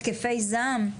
התקפי זעם.